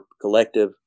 collective